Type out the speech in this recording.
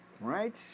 right